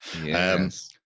Yes